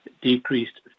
decreased